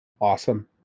awesome